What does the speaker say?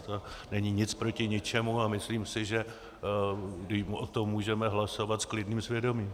To není nic proti ničemu a myslím si, že o tom můžeme hlasovat s klidným svědomím.